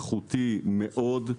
איכותי מאוד,